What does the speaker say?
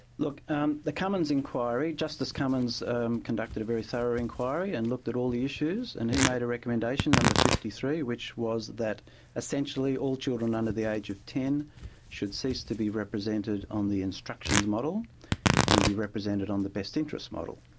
look, um the cummins enquiry, justice cummins conducted a very thorough enquiry and looked at all the issues, and he made a recommendation, number fifty three, which was that essentially all children under the age of ten should cease to be represented on the instructions model and be represented on the best interest model.